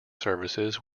services